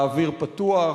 באוויר פתוח,